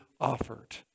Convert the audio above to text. offered